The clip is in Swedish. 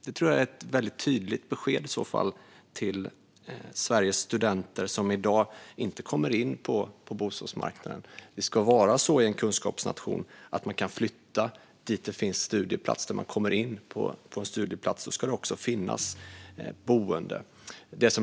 Det vore i så fall ett väldigt tydligt besked till Sveriges studenter, som i dag inte kommer in på bostadsmarknaden. I en kunskapsnation ska man kunna flytta dit där man kommer in på en studieplats; då ska det också finnas boende.